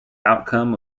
outcome